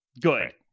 Good